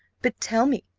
but tell me,